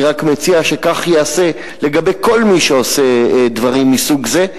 אני רק מציע שכך ייעשה לגבי כל מי שעושה דברים מסוג זה.